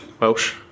Welsh